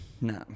No